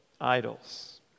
idols